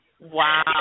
Wow